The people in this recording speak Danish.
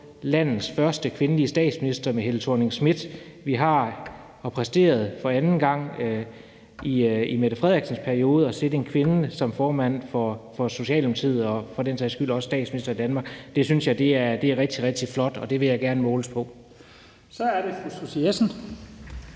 landets første kvindelige statsminister med Helle Thorning-Schmidt. Vi har præsteret for anden gang i Mette Frederiksens periode at sætte en kvinde som formand for Socialdemokratiet og for den sags skyld også som statsminister i Danmark. Det synes jeg er rigtig, rigtig flot, og det vil jeg gerne måles på. Kl. 15:21 Første